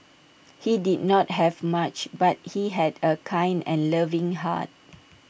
he did not have much but he had A kind and loving heart